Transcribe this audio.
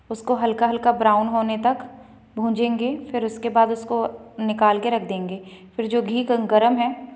उसको हल्का हल्का ब्राउन होने तक भुजेंगे फिर उसके बाद उसको निकाल के रख देंगे फिर जो घी गर्म है